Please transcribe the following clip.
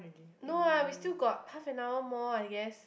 no lah we still got half an hour more I guess